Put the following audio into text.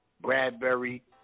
Bradbury